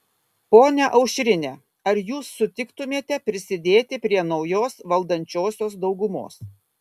ponia aušrine ar jūs sutiktumėte prisidėti prie naujos valdančiosios daugumos